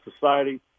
society